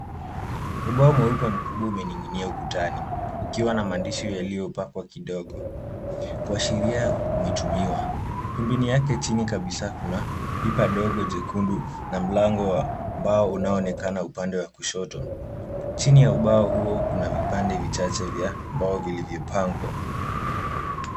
Ubao mweupe mkubwa umening'inia ukutani, ukiwa na maandishi yaliyopakwa kidogo, kuwashiria umetumiwa. Pembeni yake, chini kabisa, kuna pipa dogo jekundu na mlango wa mbao unaonekana upande wa kushoto. Chini ya ubao huo kuna vipande vichache vya mbao vilivyopangwa.